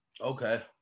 Okay